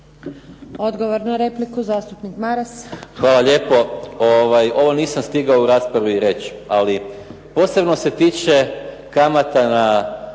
Odgovor na repliku zastupnik Maras. **Maras, Gordan (SDP)** Hvala lijepo. Ovo nisam stigao u raspravi reći, ali posebno se tiče kamata na